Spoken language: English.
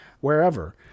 wherever